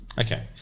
Okay